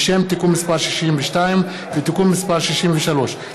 תיקון מס' 62 ותיקון מס' 63,